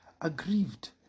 aggrieved